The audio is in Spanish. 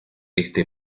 este